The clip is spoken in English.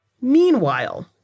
Meanwhile